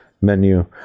menu